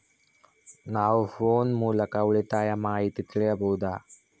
ನಾವು ಫೋನ್ ಮೂಲಕ ಉಳಿತಾಯದ ಮಾಹಿತಿ ತಿಳಿಯಬಹುದಾ?